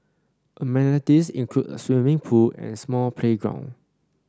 amenities include a swimming pool and small playground